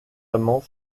amand